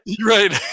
Right